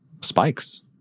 spikes